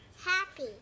Happy